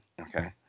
Okay